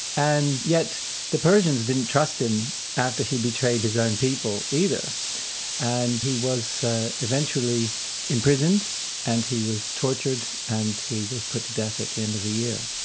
and yet the persians didn't trust him after he betrayed his own people either and he was eventually imprisoned and he was tortured and he was put to death at the end of a year.